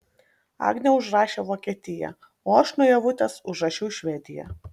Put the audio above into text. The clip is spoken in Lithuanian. agnė užrašė vokietiją o aš nuo ievutės užrašiau švediją